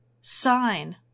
sign